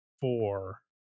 four